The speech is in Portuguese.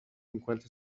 enquanto